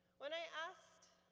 when i asked,